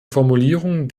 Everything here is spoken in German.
formulierung